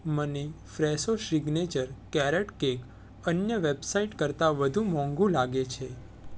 મને Fresho signature carrot cake અન્ય website કરતાં વધુ મોંઘુ લાગે છે